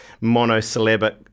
monosyllabic